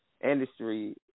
industry